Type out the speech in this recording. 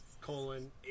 colon